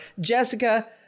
Jessica